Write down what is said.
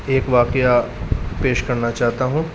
ایک واقعہ پیش کرنا چاہتا ہوں